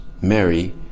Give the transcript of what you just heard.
Mary